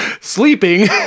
sleeping